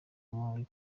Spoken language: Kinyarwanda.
muri